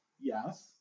Yes